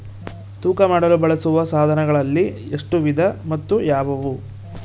ತೂಕ ಮಾಡಲು ಬಳಸುವ ಸಾಧನಗಳಲ್ಲಿ ಎಷ್ಟು ವಿಧ ಮತ್ತು ಯಾವುವು?